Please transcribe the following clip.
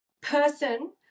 person